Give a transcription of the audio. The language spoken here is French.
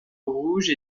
rouge